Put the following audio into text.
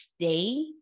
stay